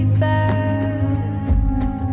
fast